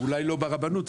אולי לא ברבנות,